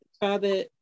Father